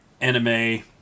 anime